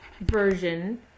version